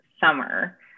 summer